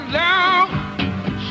love